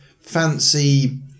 fancy